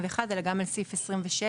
אלא גם על סעיף 26,